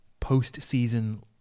postseason